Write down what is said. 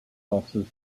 offices